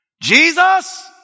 Jesus